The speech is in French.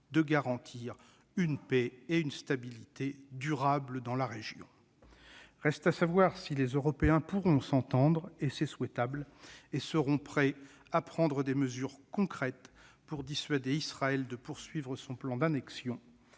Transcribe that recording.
de garantir une paix et une stabilité durables dans la région ». Reste à savoir si les Européens pourront s'entendre- c'est souhaitable -et s'ils sont prêts à prendre des mesures concrètes pour dissuader Israël de poursuivre son plan d'annexion